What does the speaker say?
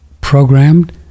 programmed